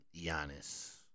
Giannis